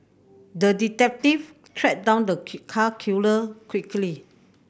the detective tracked down the cat killer quickly